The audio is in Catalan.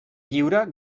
lliure